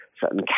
certain